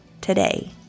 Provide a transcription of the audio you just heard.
today